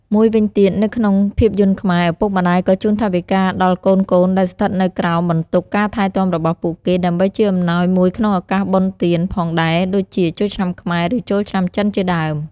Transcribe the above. មួយវិញទៀត នៅក្នុងភាពយន្តខ្មែរ ឪពុកម្ដាយក៏ជូនថវិកាដល់កូនៗដែលស្ថិតនៅក្រោមបន្ទុកការថែទាំរបស់ពួកគេ ដើម្បីជាអំណោយមួយក្នុងឱកាសបុណ្យទាន ផងដែរ ដូចជា ចូលឆ្នាំខ្មែរ ឬ ចូលឆ្នាំចិនជាដើម។